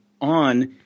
on